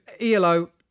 ELO